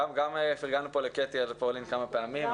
פרגנו פה לקטי על פולין כמה פעמים,